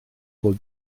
fod